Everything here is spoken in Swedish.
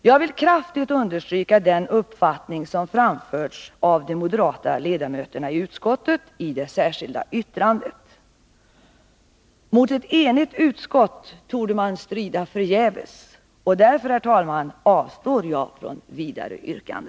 Jag vill kraftigt understryka den uppfattning som framförts av moderaterna i utskottet i det särskilda yttrandet. Mot ett enigt utskott torde man strida förgäves. Därför, herr talman, avstår jag från vidare yrkande.